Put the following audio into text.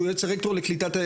שהוא יועץ הרקטור לקליטת עלייה.